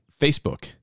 Facebook